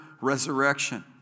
resurrection